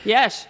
Yes